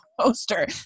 poster